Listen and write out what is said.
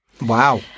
Wow